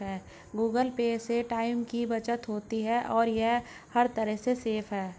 Google Pay से time की बचत होती है और ये हर तरह से सेफ है